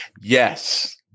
Yes